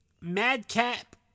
Madcap